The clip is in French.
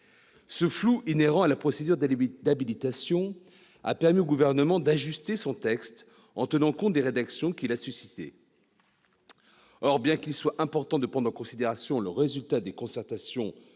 Ce flou, inhérent à la procédure d'habilitation, a permis au Gouvernement d'ajuster son texte en tenant compte des réactions que celui-ci a suscitées. Or, bien qu'il soit important de prendre en considération le résultat des concertations menées